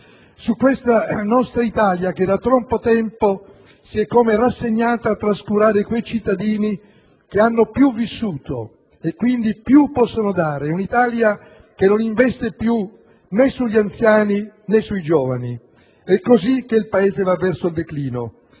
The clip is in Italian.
su questa nostra Italia che da troppo tempo si è come rassegnata a trascurare quei cittadini che più hanno vissuto e quindi più possono dare, che non investe più né sugli anziani né sui giovani. È così che il Paese va verso il declino: